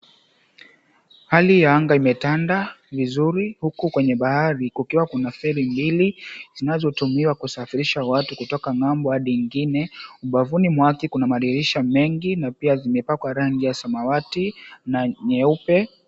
Hali ya anga imetanda vizuri, huku kwenye bahari kukiwa kuna feri mbili zinazotumiwa kusafirisha watu kutoka ng'ambo hadi ingine. Ubavuni mwake kuna madirisha mengi na pia zimepakwa rangi ya samawati na nyeupe.